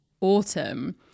autumn